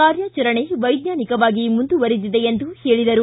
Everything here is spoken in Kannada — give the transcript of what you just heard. ಕಾರ್ಯಾಚರಣೆ ವೈಜ್ಞಾನಿಕವಾಗಿ ಮುಂದುವರಿದಿದೆ ಎಂದು ಹೇಳಿದರು